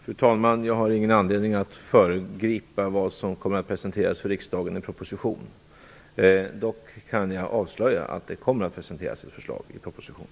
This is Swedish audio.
Fru talman! Jag har ingen anledning att föregripa vad som kommer att presenteras för riksdagen i en proposition. Dock kan jag avslöja att det kommer att presenteras ett förslag i vårpropositionen.